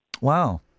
Wow